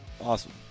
Awesome